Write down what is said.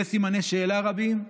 יש סימני שאלה רבים,